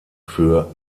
für